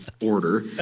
order